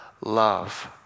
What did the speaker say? love